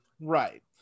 Right